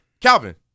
calvin